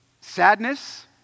sadness